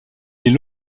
est